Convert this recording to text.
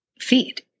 feed